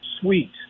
suite